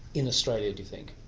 in australia do you think?